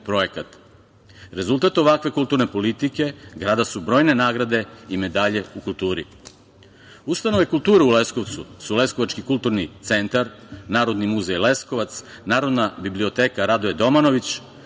Rezultat ovakve kulturne politike grada su brojne nagrade i medalje u kulturi. Ustanove kulture u Leskovcu su Leskovački kulturni centar, Narodni muzej Leskovac, Narodna biblioteka "Radoje Domanović",